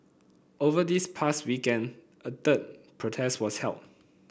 over this past weekend a the third protest was held